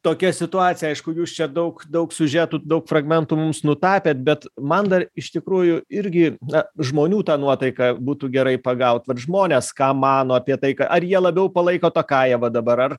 tokia situacija aišku jūs čia daug daug siužetų daug fragmentų mums nutapėt bet man dar iš tikrųjų irgi na žmonių tą nuotaiką būtų gerai pagaut vat žmonės ką mano apie taiką ar jie labiau palaiko takajevą dabar ar